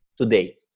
today